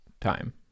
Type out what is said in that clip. time